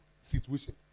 situation